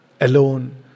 alone